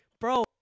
bro